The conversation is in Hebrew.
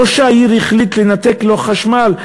ראש העיר החליט לנתק לו חשמל.